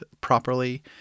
properly